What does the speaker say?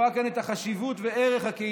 רואה כאן את החשיבות ואת ערך הקהילה,